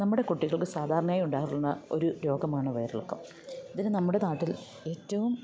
നമ്മുടെ കുട്ടികൾക്ക് സാധാരണയായി ഉണ്ടാകുന്ന ഒരു രോഗമാണ് വയർ ഇളക്കം ഇതിന് നമ്മുടെ നാട്ടിൽ ഏറ്റവും